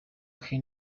harry